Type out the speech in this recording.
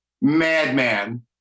Madman